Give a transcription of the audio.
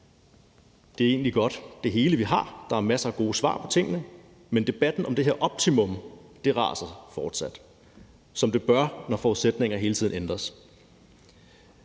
har, er egentlig godt, der er masser af gode svar på tingene, men debatten om det her optimum raser fortsat, som den bør, når forudsætninger hele tiden ændres.